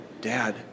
Dad